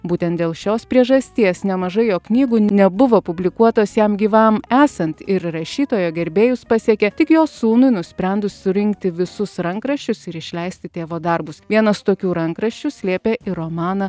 būtent dėl šios priežasties nemažai jo knygų nebuvo publikuotos jam gyvam esant ir rašytojo gerbėjus pasiekė tik jo sūnui nusprendus surinkti visus rankraščius ir išleisti tėvo darbus vienas tokių rankraščių slėpė ir romaną